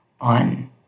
on